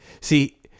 see